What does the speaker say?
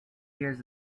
years